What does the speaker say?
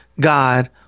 God